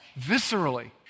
viscerally